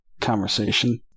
conversation